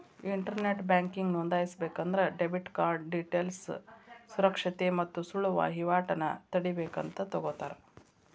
internet banking ನೋಂದಾಯಿಸಬೇಕಂದ್ರ debit card ಡೇಟೇಲ್ಸ್ನ ಸುರಕ್ಷತೆ ಮತ್ತ ಸುಳ್ಳ ವಹಿವಾಟನ ತಡೇಬೇಕಂತ ತೊಗೋತರ